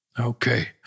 Okay